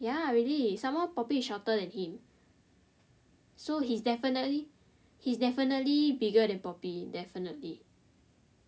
ya really some more poppy is shorter then him so he's definitely he's definitely bigger then poppy definitely